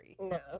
no